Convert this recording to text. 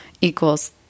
equals